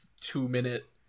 two-minute